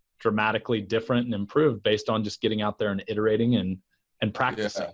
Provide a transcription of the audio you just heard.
dramatically different and improved based on just getting out there and iterating and and practice.